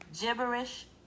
gibberish